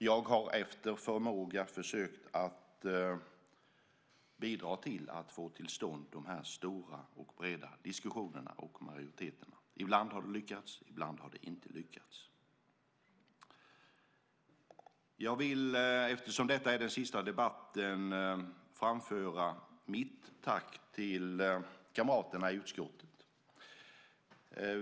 Jag har efter förmåga försökt bidra till att få till stånd stora, breda diskussioner och stora, breda majoriteter. Ibland har det lyckats, ibland har det inte lyckats. Eftersom detta är den sista debatten vill jag framföra mitt tack till kamraterna i utskottet.